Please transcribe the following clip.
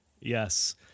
Yes